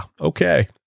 okay